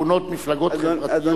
המכונות מפלגות חברתיות.